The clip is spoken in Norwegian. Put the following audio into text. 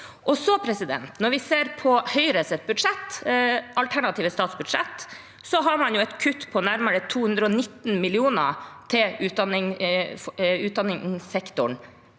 Når vi ser på Høyres alternative statsbudsjett, har det et kutt på nærmere 219 mill. kr til utdanningssektoren